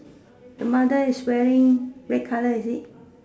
the mother is wearing red color is it